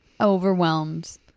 overwhelmed